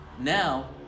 Now